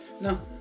No